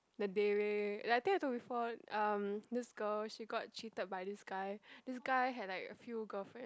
the Dayre like I think I told you before um this girl she got cheated by this guy this guy had like a few girlfriend